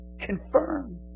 confirm